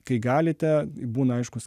kai galite būna aiškūs